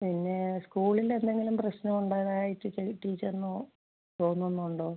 പിന്നെ സ്കൂളിൽ എന്തെങ്കിലും പ്രശ്നം ഉള്ളതായിട്ട് ടീച്ചറിന് തോന്നുന്നുണ്ടോ